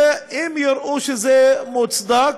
ואם יראו שזה מוצדק,